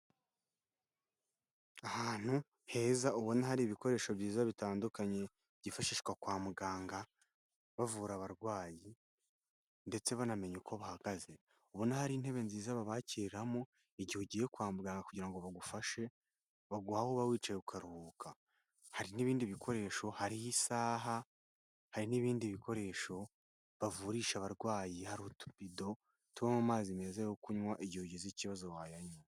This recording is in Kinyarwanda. Ahantu heza ubona hari ibikoresho byiza bitandukanye byifashishwa kwa muganga bavura abarwayi ndetse banamenye uko bahagaze, ubona hari intebe nziza babakiriramo igihe ugiye kwa muganga kugira ngo bagufashe bagu aho uba wicaye ukaruhuka, hari n'ibindi bikoresho, hari isaha, hari n'ibindi bikoresho bavurisha abarwayi, hari utubido tubamo amazi meza yo kunywa, igihe ugize ikibazo wayanywa.